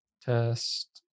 test